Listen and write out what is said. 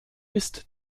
ist